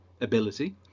ability